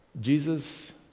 Jesus